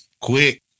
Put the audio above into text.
quick